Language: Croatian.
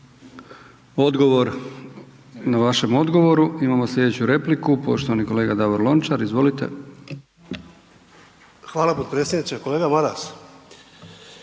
Odgovor na vašem odgovoru. Imamo slijedeću repliku, poštovani kolega Davor Lonačar. Izvolite. **Lončar, Davor (HDZ)** Hvala potpredsjedniče. Kolega Maras,